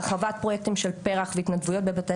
הרחבת פרויקטים של פר"ח והתנדבויות בבתי